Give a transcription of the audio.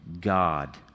God